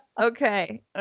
Okay